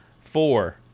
four